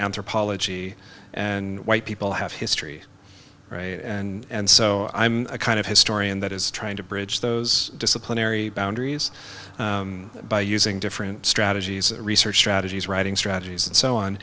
anthropology and white people have history and so i'm a kind of historian that is trying to bridge those disciplinary boundaries by using different strategies research strategies writing strategies and so